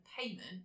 payment